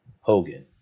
Hogan